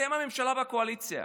אתם הממשלה והקואליציה,